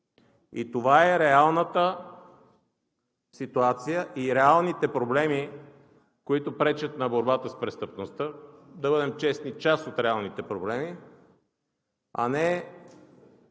И това е реалната ситуация и реалните проблеми, които пречат на борбата с престъпността, да бъдем честни – част от реалните проблеми, а не